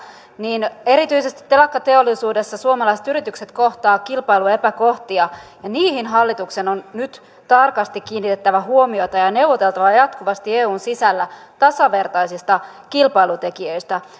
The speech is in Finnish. niin erityisesti telakkateollisuudessa suomalaiset yritykset kohtaavat kilpailuepäkohtia ja niihin hallituksen on nyt tarkasti kiinnitettävä huomiota ja ja neuvoteltava jatkuvasti eun sisällä tasavertaisista kilpailutekijöistä